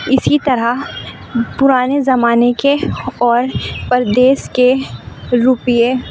اسی طرح پرانے زمانے کے اور پردیس کے روپے